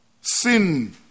sin